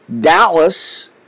Doubtless